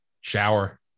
Shower